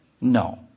No